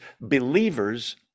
believers